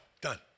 Done